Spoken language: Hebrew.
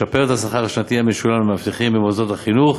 משפר את השכר השנתי המשולם למאבטחים במוסדות החינוך